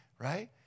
Right